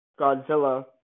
Godzilla